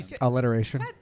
Alliteration